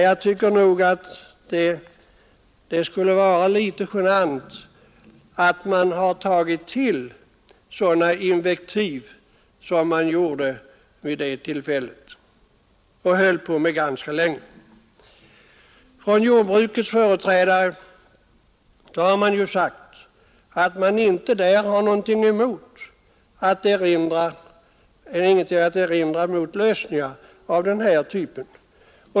Jag tycker det borde kännas genant att ha tagit till sådana invektiv som man gjorde vid det tillfället och fortsatte med ganska länge. Jordbrukets företrädare har sagt att de inte har något att erinra mot lösningar av den här typen.